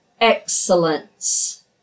excellence